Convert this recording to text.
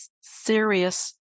serious